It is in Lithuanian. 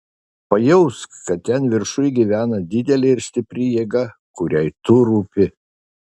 pajausk kad ten viršuj gyvena didelė ir stipri jėga kuriai tu rūpi